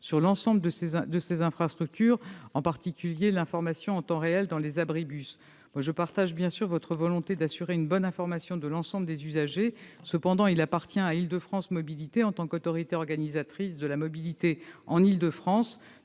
sur l'ensemble de ses infrastructures, s'agissant, en particulier, de l'information en temps réel dans les abribus. Je partage la volonté d'assurer une bonne information de l'ensemble des usagers, cependant il appartient à Île-de-France Mobilités, en tant qu'autorité organisatrice de la mobilité en Île-de-France,